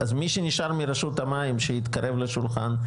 אז מי שנשאר מרשות המים שיתקרב לשולחן,